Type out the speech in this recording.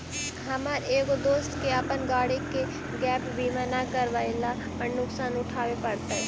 हमर एगो दोस्त के अपन गाड़ी के गैप बीमा न करवयला पर नुकसान उठाबे पड़लई